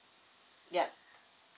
yup